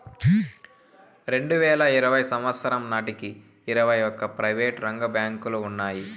రెండువేల ఇరవై సంవచ్చరం నాటికి ఇరవై ఒక్క ప్రైవేటు రంగ బ్యాంకులు ఉన్నాయి